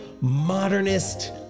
modernist